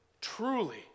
truly